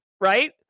right